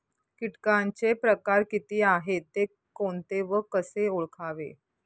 किटकांचे प्रकार किती आहेत, ते कोणते व कसे ओळखावे?